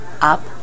Up